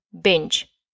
binge